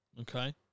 Okay